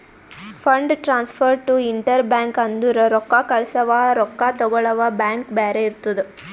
fund transfer to inter bank ಅಂದುರ್ ರೊಕ್ಕಾ ಕಳ್ಸವಾ ರೊಕ್ಕಾ ತಗೊಳವ್ ಬ್ಯಾಂಕ್ ಬ್ಯಾರೆ ಇರ್ತುದ್